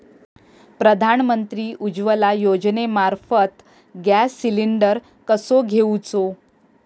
प्रधानमंत्री उज्वला योजनेमार्फत gas cylinder कसो घेऊचो?